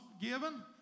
given